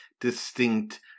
distinct